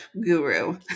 guru